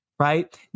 right